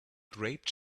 grape